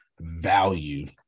value